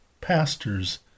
Pastors